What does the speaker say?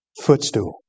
Footstool